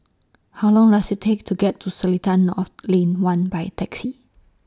How Long Does IT Take to get to Seletar North Lane one By Taxi